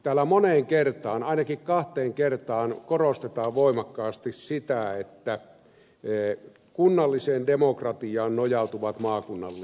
täällä moneen kertaan ainakin kahteen kertaan korostetaan voimakkaasti sitä että kunnalliseen demokratiaan nojautuvat maakunnan liitot